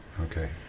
Okay